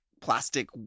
plastic